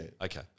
Okay